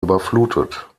überflutet